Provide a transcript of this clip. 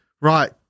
Right